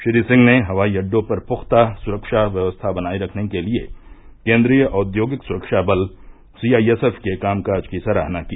श्री सिंह ने हवाई अड्डों पर पुख्ता सुरक्षा व्यवस्था बनाए रखने के लिए केंद्रीय औद्योगिक सुरक्षा बल सी आई एस एफ के कामकाज की सराहना की